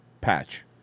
patch